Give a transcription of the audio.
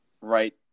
right